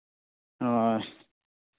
ᱦᱳᱭ